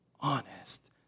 honest